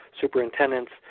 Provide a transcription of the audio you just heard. superintendents